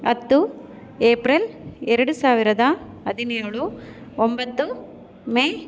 ಹತ್ತು ಏಪ್ರಿಲ್ ಎರಡು ಸಾವಿರದ ಹದಿನೇಳು ಒಂಬತ್ತು ಮೇ